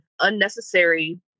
unnecessary